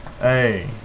Hey